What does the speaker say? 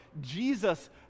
Jesus